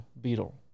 beetle